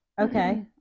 Okay